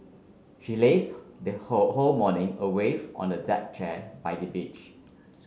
she lazed her they whole whole morning away on a deck chair by the beach